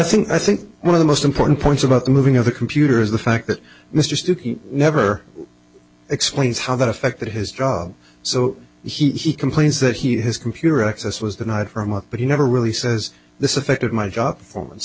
think i think one of the most important points about the moving of the computer is the fact that mr stookey never explains how that affected his job so he complains that he has computer access was denied for a month but he never really says this affected my job performance